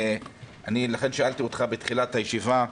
ולכן אני שאלתי אותך בתחילת הישיבה,